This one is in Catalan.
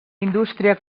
indústria